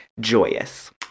joyous